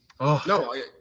No